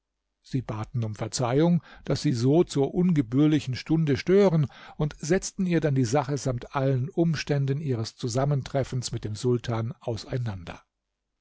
sie baten um verzeihung daß sie so zur ungebührlichen stunde stören und setzten ihr dann die sache samt allen umständen ihres zusammentreffens mit dem sultan auseinander